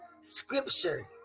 scripture